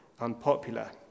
unpopular